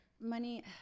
money